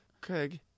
Craig